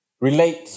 relate